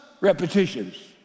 repetitions